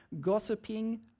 gossiping